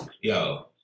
Yo